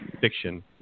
fiction